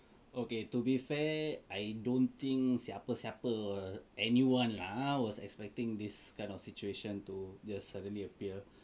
okay to be fair I don't think siapa siapa anyone lah was expecting this kind of situation to just suddenly appear